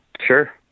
Sure